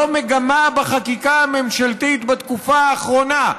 זו מגמה בחקיקה הממשלתית בתקופה האחרונה,